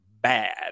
bad